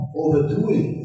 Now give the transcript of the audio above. overdoing